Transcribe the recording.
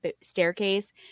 staircase